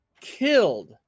Killed